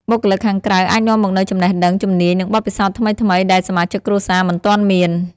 បុគ្គលិកខាងក្រៅអាចនាំមកនូវចំណេះដឹង ជំនាញ និងបទពិសោធន៍ថ្មីៗដែលសមាជិកគ្រួសារមិនទាន់មាន។